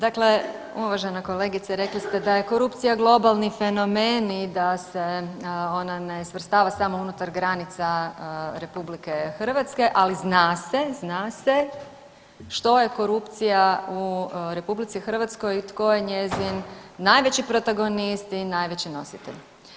Dakle, uvažena kolegice rekli ste da je korupcija globalni fenomen i da se ona ne svrstava samo unutar granica RH, ali zna se, zna se što je korupcija u RH i tko je njezin najveći protagonist i najveći nositelj.